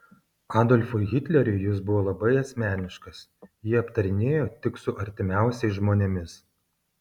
adolfui hitleriui jis buvo labai asmeniškas jį aptarinėjo tik su artimiausiais žmonėmis